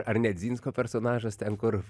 ar nedzinsko personažas ten kur